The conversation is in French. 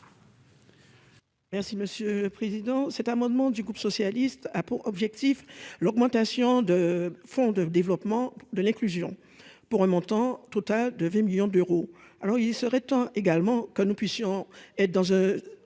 merci Monsieur le Président,